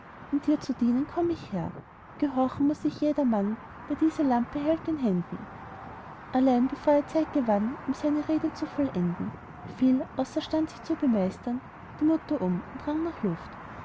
um dir zu dienen komm ich her gehorchen muß ich jedermann der diese lampe hält in händen allein bevor er zeit gewann um seine rede zu vollenden fiel außerstand sich zu bemeistern die mutter um und rang nach luft